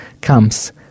comes